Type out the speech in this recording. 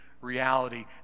reality